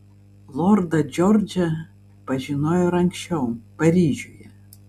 lordą džordžą pažinojau ir anksčiau paryžiuje